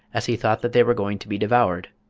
as he thought that they were going to be devoured.